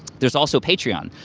there's also patreon.